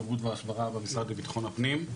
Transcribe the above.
דוברות והסברה במשרד לבטחון פנים.